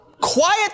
quiet